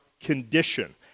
condition